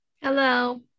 Hello